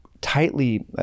tightly